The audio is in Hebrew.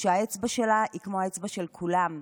שהאצבע שלה היא כמו האצבע של כולם,